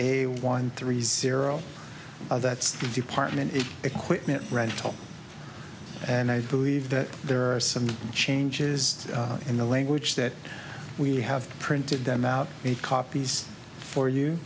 a one three zero that's the department equipment rental and i believe that there are some changes in the language that we have printed them out make copies for you